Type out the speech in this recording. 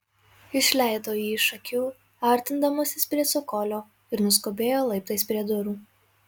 išleido jį iš akių artindamasis prie cokolio ir nuskubėjo laiptais prie durų